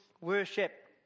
worship